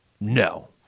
No